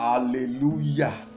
Hallelujah